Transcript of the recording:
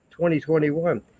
2021